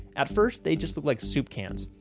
at first, they just look like soup cans.